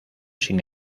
sin